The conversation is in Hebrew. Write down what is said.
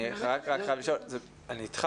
אני אתן,